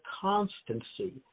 constancy